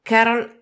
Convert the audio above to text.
Carol